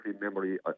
memory